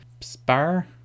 Spar